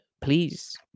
Please